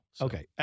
Okay